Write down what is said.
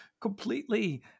completely